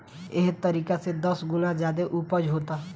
एह तरीका से दस गुना ज्यादे ऊपज होता